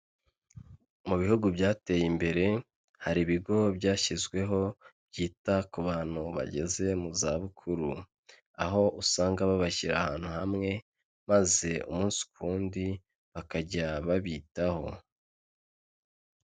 Mu bihugu byateye imbere hari ibigo byashyizweho byita ku bantu bageze mu zabukuru, aho usanga babashyira ahantu hamwe maze umunsi ku wundi bakajya babitaho.